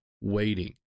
waiting